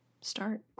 start